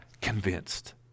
convinced